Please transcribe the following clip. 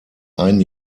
ein